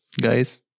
Guys